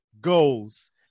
goals